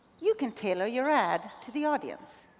you can tailor your ad to the audience